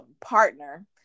partner